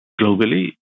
globally